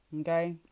Okay